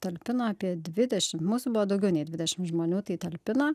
talpina apie dvidešim mūsų buvo daugiau nei dvidešim žmonių tai talpina